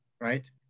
right